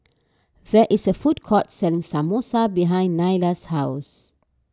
there is a food court selling Samosa behind Nylah's house